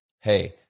hey